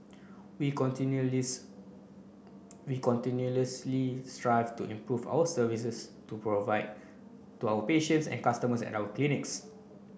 we continuous we continuously strive to improve our services to provide to our patients and customers at our clinics